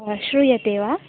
न श्रूयते वा